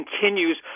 continues